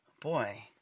boy